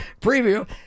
preview